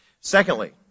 Secondly